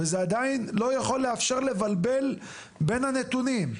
וזה עדיין לא יכול לאפשר לבלבל בין הנתונים,